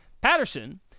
Patterson